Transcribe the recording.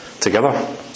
Together